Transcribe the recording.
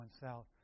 South